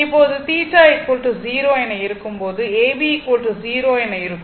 இப்போது θ 0 என இருக்கும்போது AB 0 என இருக்கும்